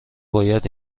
باید